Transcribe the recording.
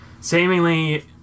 Seemingly